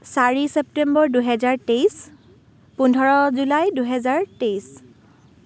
চাৰি ছেপ্টেম্বৰ দুহেজাৰ তেইছ পোন্ধৰ জুলাই দুহেজাৰ তেইছ